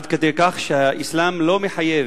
עד כדי כך שהאסלאם לא מחייב